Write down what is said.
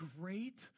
great